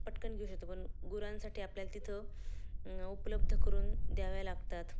पटकन घेऊ शकतो पण गुरांसाठी आपल्याला तिथं उपलब्ध करून द्याव्या लागतात